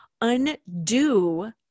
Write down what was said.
undo